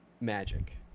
magic